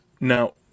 Now